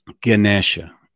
Ganesha